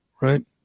Right